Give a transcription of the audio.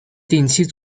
定期